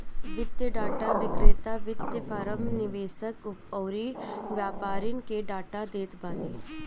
वित्तीय डाटा विक्रेता वित्तीय फ़रम, निवेशक अउरी व्यापारिन के डाटा देत बाने